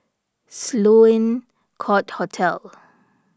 Sloane Court Hotel